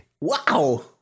Wow